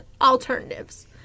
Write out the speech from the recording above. alternatives